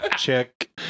Check